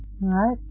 right